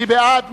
מי בעד?